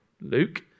Luke